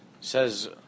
says